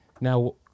Now